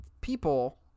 people